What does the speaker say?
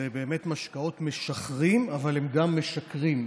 אלה באמת משקאות משכרים אבל הם גם משקרים,